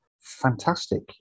fantastic